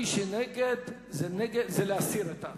מי שנגד, זה להסיר את ההצעה.